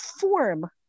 form